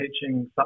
teaching